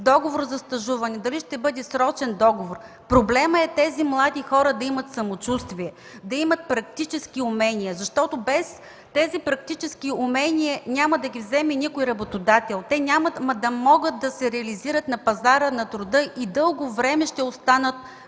договор за стажуване, дали ще бъде срочен договор, проблемът е тези млади хора да имат самочувствие, да имат практически умения. Без тези практически умения няма да ги вземе никой работодател. Те няма да могат да се реализират на пазара на труда и дълго време ще останат